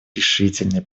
решительные